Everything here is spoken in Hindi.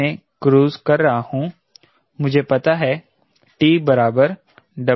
अगर मैं क्रूज़ कर रहा हूँ मुझे पता है T W CLCD